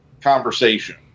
conversation